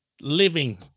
living